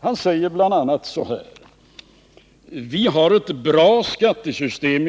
Han tycker att vi i Sverige har världens kanske bästa skattesystem,